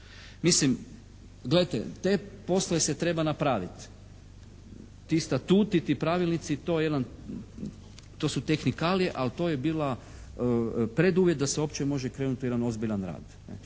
Mislim gledajte, te poslove se treba napravit. Ti statuti, ti pravilnici, to su tehnikalije, ali to je bila preduvjet da se uopće može krenuti u jedan ozbiljan rad,